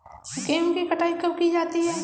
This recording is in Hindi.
गेहूँ की कटाई कब की जाती है?